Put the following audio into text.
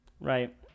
Right